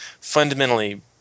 fundamentally